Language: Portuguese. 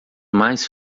mais